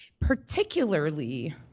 particularly